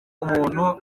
umuntu